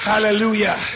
Hallelujah